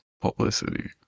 publicity